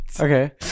Okay